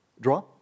Draw